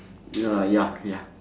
ya ya ya